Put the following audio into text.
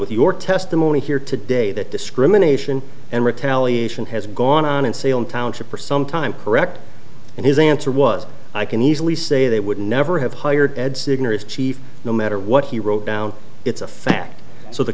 with your testimony here today that discrimination and retaliation has gone on in salem township for some time correct and his answer was i can easily say they would never have hired ed signal as chief no matter what he wrote down it's a fact so the